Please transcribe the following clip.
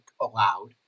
aloud